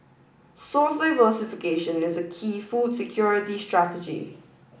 source diversification is a key food security strategy